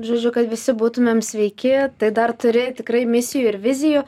žodžiu kad visi būtumėm sveiki tai dar turi tikrai misijų ir vizijų